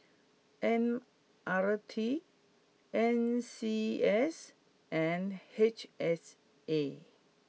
M R T N C S and H S A